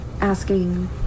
asking